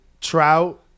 Trout